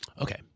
okay